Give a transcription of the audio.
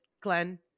Glenn